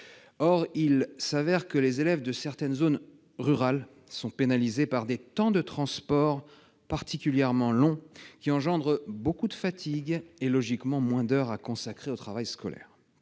Or il s'avère que les élèves de certaines zones rurales sont pénalisés par des temps de transport particulièrement longs, qui engendrent beaucoup de fatigue et, logiquement, moins d'heures à consacrer au travail scolaire.